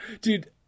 Dude